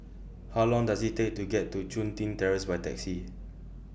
How Long Does IT Take to get to Chun Tin Terrace By Taxi